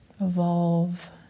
evolve